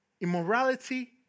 immorality